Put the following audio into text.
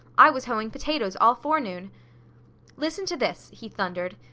i was hoeing potatoes all forenoon. listen to this, he thundered.